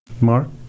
Mark